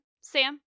Sam